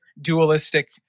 dualistic